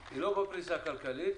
היא לא בפריסה הכלכלית.